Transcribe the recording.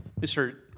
Mr